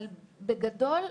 בגדול,